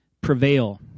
prevail